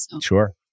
Sure